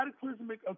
cataclysmic